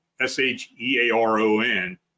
S-H-E-A-R-O-N